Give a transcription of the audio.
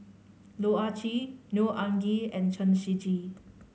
Loh Ah Chee Neo Anngee and Chen Shiji